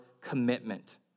commitment